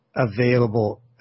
Available